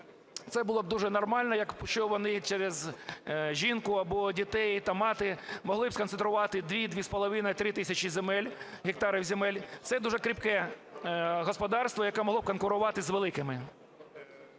це було б дуже нормально, якщо вони через жінку або дітей та матір могли б сконцентрувати 2-2,5, 3 тисячі земель, гектарів земель. Це дуже кріпке господарство, яке могло б конкурувати з великими.